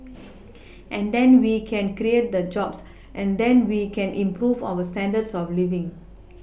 and then we can create the jobs and then we can improve our standards of living